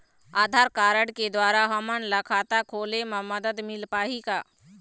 आधार card के द्वारा हमन ला खाता खोले म मदद मिल पाही का?